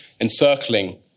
encircling